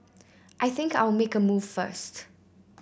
I think I'll make a move first